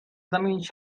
zamienić